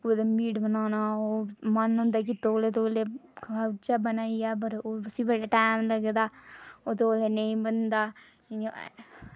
कुतै मीट बनाना होग मन होंदा की तौले तौले खाचै बनाइयै पर उसी बड़ा टैम लगदा ते ओह् तौले नेईं बनदा इं'या